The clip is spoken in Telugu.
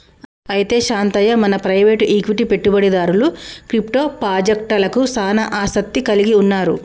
అయితే శాంతయ్య మన ప్రైవేట్ ఈక్విటి పెట్టుబడిదారులు క్రిప్టో పాజెక్టలకు సానా ఆసత్తి కలిగి ఉన్నారు